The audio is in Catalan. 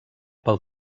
pel